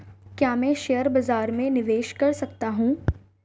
क्या मैं शेयर बाज़ार में निवेश कर सकता हूँ?